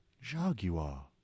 Jaguar